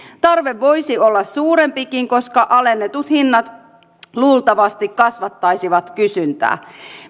tarve voisi olla suurempikin koska alennetut hinnat luultavasti kasvattaisivat kysyntää